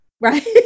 Right